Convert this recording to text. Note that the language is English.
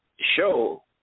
show